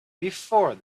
before